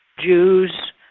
jews,